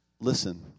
Listen